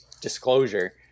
disclosure